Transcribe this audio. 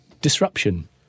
disruption